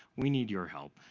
we need your help,